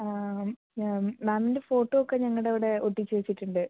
ആ മാം മാമിൻ്റെ ഫോട്ടോ ഒക്കെ ഞങ്ങളുടെ അവിടെ ഒട്ടിച്ചു വച്ചിട്ടുണ്ട്